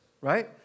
right